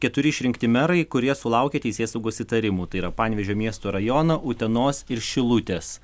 keturi išrinkti merai kurie sulaukė teisėsaugos įtarimų tai yra panevėžio miesto rajono utenos ir šilutės